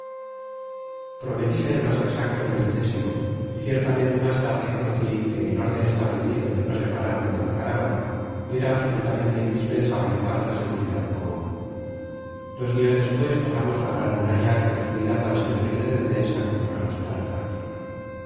ser mas exacto en lo sucesivo y ciertamente mas tade conoci que el órden establecido de no separarse de la caravana era absolutamente indispensable para la seguridad comun dos dias despues pasamos la gran muralla construida para servir de defensa contra los tártaros